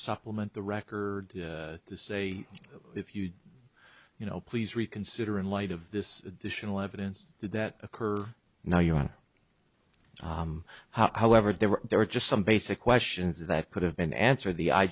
supplement the record to say if you you know please reconsider in light of this tional evidence that occur now you want however there were there are just some basic questions that could have been answered the i